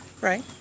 Right